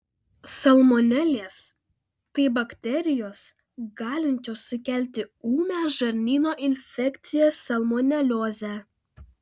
salmonelės tai bakterijos galinčios sukelti ūmią žarnyno infekciją salmoneliozę